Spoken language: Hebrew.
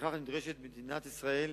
ולפיכך נדרשה מדינת ישראל,